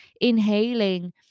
inhaling